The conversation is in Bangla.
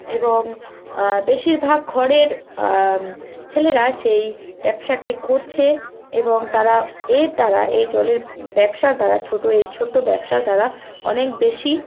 এবং বেশিরভাগ ঘরের ছেলেরা সেই ব্যবসাকে করছে এবং তারা এ তারা এই জলের ব্যবসা তারা ছোটো এই ছোটো ব্যবসা তারা অনেক বেশি